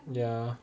yeah